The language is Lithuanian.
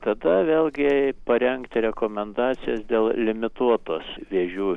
tada vėlgi parengti rekomendacijas dėl limituotos vėžių